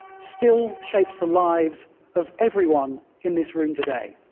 still shapes the lives of everyone in this room today,